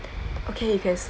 okay you can